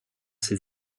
ses